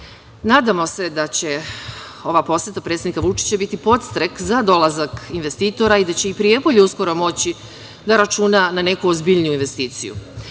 se da će ova poseta predsednika Vučića biti podstrek za dolazak investitora i da će i Prijepolje uskoro moći da računa na neku ozbiljniju investiciju.